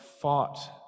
fought